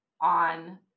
on